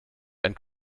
einen